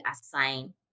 assign